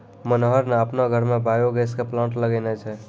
मनोहर न आपनो घरो मॅ बायो गैस के प्लांट लगैनॅ छै